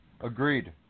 Agreed